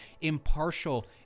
impartial